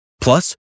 Plus